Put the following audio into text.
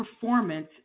performance